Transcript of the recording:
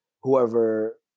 whoever